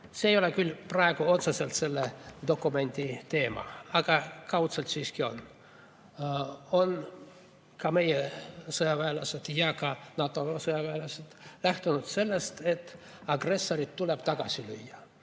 ei ole küll otseselt selle dokumendi teema, aga kaudselt siiski on. Meie sõjaväelased ja ka NATO sõjaväelased on lähtunud sellest, et agressor tuleb tagasi lüüa.